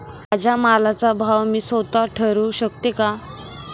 माझ्या मालाचा भाव मी स्वत: ठरवू शकते का?